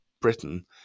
Britain